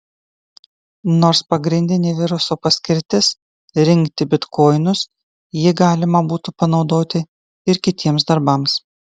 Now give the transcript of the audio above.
nors pagrindinė viruso paskirtis rinkti bitkoinus jį galima būtų panaudoti ir kitiems darbams